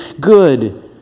good